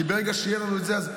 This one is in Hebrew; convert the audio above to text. כי ברגע שיהיה לנו את זה,